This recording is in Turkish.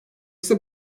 ise